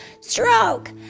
Stroke